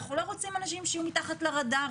ואנחנו לא רוצים אנשים שיהיו מתחת לרדאר,